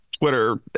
Twitter